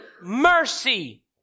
mercy